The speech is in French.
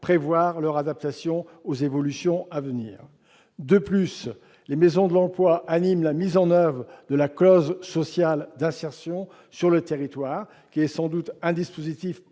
prévoir leur adaptation aux évolutions à venir. En outre, les maisons de l'emploi animent la mise en oeuvre de la clause sociale d'insertion sur le territoire, qui est sans doute un dispositif